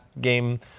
game